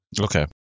Okay